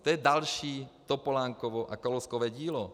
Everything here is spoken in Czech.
To je další Topolánkovo a Kalouskovo dílo.